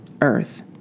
earth